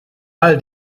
all